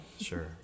Sure